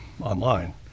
online